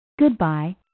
Goodbye